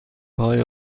های